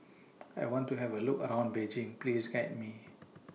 I want to Have A Look around Beijing Please Guide Me